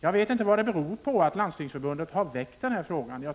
Jag vet inte vad det beror på att Landstingsförbundet har väckt denna fråga.